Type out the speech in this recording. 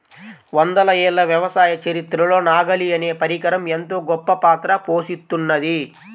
వందల ఏళ్ల వ్యవసాయ చరిత్రలో నాగలి అనే పరికరం ఎంతో గొప్పపాత్ర పోషిత్తున్నది